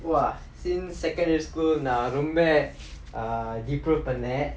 !wah! since secondary school நா ரொம்ப:naa romba err deprove பண்ணே:pannae